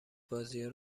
بازیا